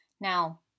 Now